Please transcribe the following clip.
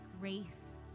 grace